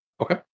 Okay